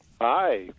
Hi